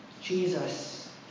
Jesus